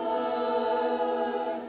uh